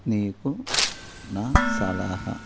నీకు నా సలహా